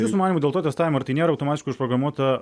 jūsų manymu dėl to testavimo ar tai nėra automatiškai užprogramuota